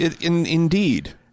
Indeed